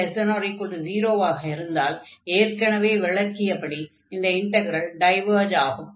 n≤0 ஆக இருந்தால் ஏற்கெனவே விளக்கியபடி இந்த இன்டக்ரல் டைவர்ஜ் ஆகும்